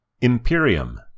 Imperium